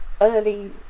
early